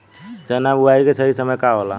चना बुआई के सही समय का होला?